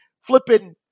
flipping